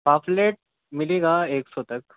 پاپلیٹ ملے گا ایک سو تک